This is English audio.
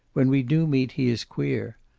when we do meet he is queer.